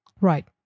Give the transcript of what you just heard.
right